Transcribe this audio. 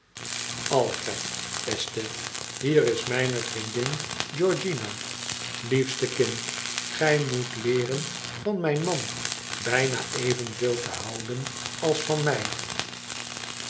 alfred beste hier is mijne vriendin georgiana liefste kind gij moet leeren van mijn man bijna evenveel te houden als van mij